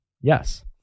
yes